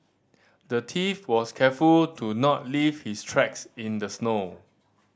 the thief was careful to not leave his tracks in the snow